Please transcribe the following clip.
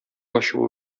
ачуы